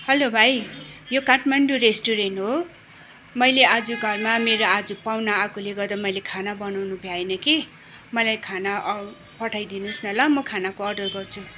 hello भाइ यो Kathmandu restaurant हो मैले आज घरमा मेरो आज पाहुना आएकोले गर्दा मैले खाना बनाउनु भ्याइनँ कि मलाई खाना पठाइदिनुहोस् न ल म खानाको अर्डर गर्छु